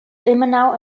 ilmenau